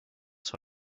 sur